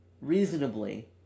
reasonably